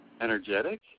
Energetic